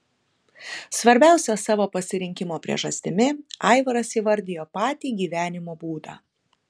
svarbiausia savo pasirinkimo priežastimi aivaras įvardijo patį gyvenimo būdą